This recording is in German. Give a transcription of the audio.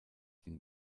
den